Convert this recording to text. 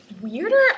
Weirder